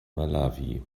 malawi